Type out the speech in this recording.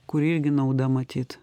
kuri irgi nauda matyt